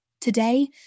Today